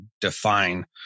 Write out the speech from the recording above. define